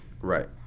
Right